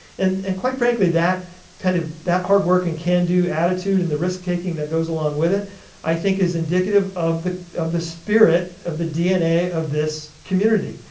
and and quite frankly that kind of, that hard work and can do attitude and the risk taking that goes along with it i think is indicative of the of the spirit, of the dna of this community.